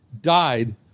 died